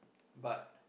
but